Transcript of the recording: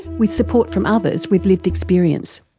with support from others with lived experience